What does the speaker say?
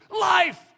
Life